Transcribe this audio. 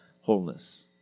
wholeness